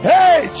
Hey